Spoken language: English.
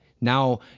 now